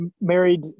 married